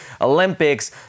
Olympics